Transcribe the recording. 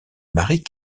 marie